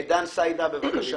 דן סידה בבקשה.